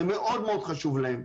זה מאוד מאוד חשוב להם,